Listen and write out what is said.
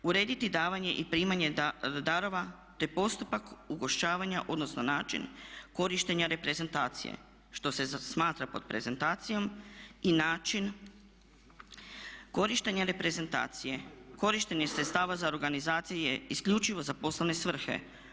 Urediti davanje i primanje darova te postupak ugošćavanja odnosno način korištenja reprezentacije, što se smatra pod reprezentacijom i način korištenja reprezentacije, korištenje sredstava za organizaciju isključivo za poslovne svrhe.